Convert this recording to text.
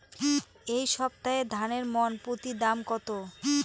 এই সপ্তাহে ধানের মন প্রতি দাম কত?